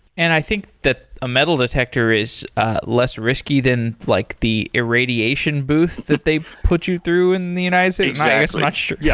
and i think that a metal detector is less risky than like the irradiation booth that they put you through in the united states. i guess i'm not sure yeah